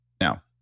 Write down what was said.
Now